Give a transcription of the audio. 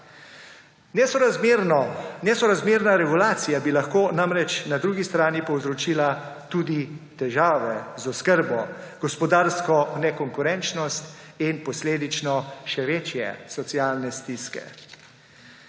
Nesorazmerna regulacija bi lahko namreč na drugi strani povzročila tudi težave z oskrbo, gospodarsko nekonkurenčnost in posledično še večje socialne stiske.